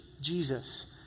Jesus